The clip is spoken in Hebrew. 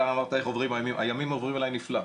אתה אמרת הימים עוברים עליי נפלא,